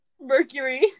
Mercury